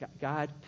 God